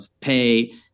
pay